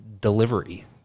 delivery